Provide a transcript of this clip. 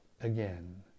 again